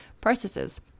processes